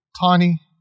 Tiny